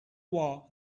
war